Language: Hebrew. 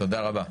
תודה רבה.